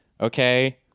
okay